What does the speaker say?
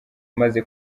umaze